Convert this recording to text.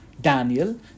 Daniel